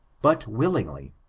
but willingly.